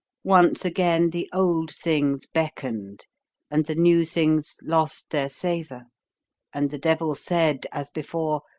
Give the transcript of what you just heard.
once again, the old things beckoned and the new things lost their savour and the devil said, as before,